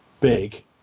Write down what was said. big